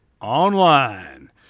online